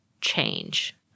change